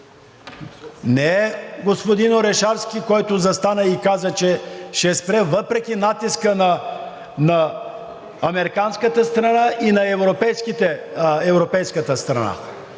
а не господин Орешарски, който застана и каза, че ще спре въпреки натиска на американската страна и на европейската страна.